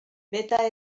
beta